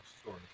story